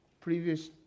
previous